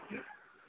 ಹ್ಞೂ